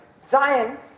Zion